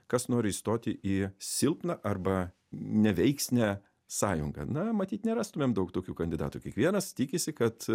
kas nori įstoti į silpną arba neveiksnią sąjungą na matyt nerastumėm daug tokių kandidatų kiekvienas tikisi kad